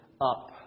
up